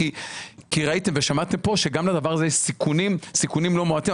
אתם ראיתם ושמעתם פה שלדבר הזה גם יש סיכונים לא מועטים.